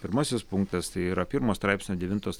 pirmasis punktas tai yra pirmo straipsnio devintos